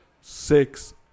six